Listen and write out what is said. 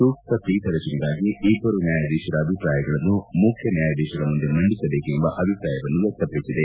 ಸೂಕ್ತ ಪೀಕ ರಚನೆಗಾಗಿ ಇಬ್ಬರು ನ್ಯಾಯಾಧೀಶರ ಅಭಿಪ್ರಾಯಗಳನ್ನು ಮುಖ್ಯ ನ್ಯಾಯಾಧೀಶರ ಮುಂದೆ ಮಂಡಿಸಬೇಕೆಂಬ ಅಭಿಪ್ರಾಯವನ್ನು ವ್ಯಕ್ತಪಡಿಸಿದೆ